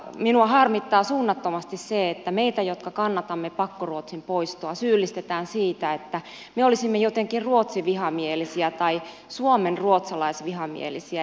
minua harmittaa suunnattomasti se että meitä jotka kannatamme pakkoruotsin poistoa syyllistetään siitä että me olisimme jotenkin ruotsivihamielisiä tai suomenruotsalaisvihamielisiä